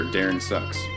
DarrenSucks